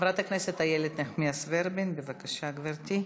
חברת הכנסת איילת נחמיאס ורבין, בבקשה, גברתי.